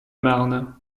marne